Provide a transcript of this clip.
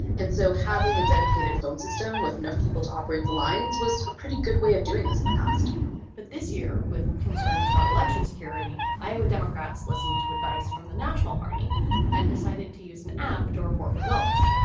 and so having a dedicated phone system with enough people to operate the lines was a pretty good way of doing this in the past but this year, with concerns about election security, iowa democrats listen to advice from the national party and decided to use an app to report results.